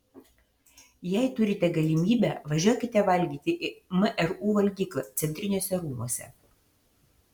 jei turite galimybę važiuokite valgyti į mru valgyklą centriniuose rūmuose